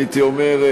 הייתי אומר,